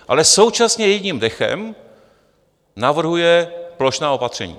Ale současně jedním dechem navrhuje plošná opatření.